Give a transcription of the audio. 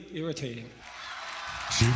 irritating